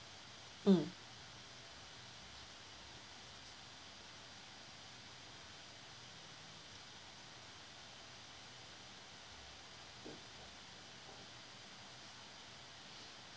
mm